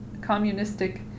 communistic